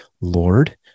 Lord